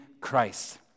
Christ